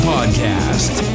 Podcast